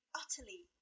utterly